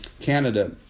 Canada